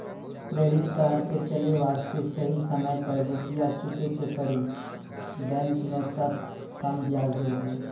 Credit card के चले वास्ते सही समय पर रुपिया चुके के पड़ी बेंच ने ताब कम ब्याज जोरब?